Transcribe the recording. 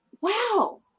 wow